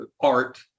art